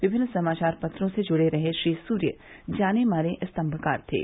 विभिन्न समाचार पत्रों से जुड़े रहे श्री सूर्य जाने माने स्तंभकार थे